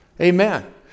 Amen